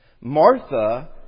Martha